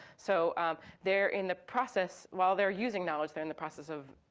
so um they're in the process, while they're using knowledge, they're in the process of,